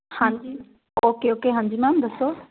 ਹਾਂਜੀ okay okay ਹਾਂਜੀ ma'am ਦੱਸੋ